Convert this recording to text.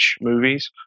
movies